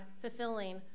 fulfilling